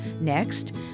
Next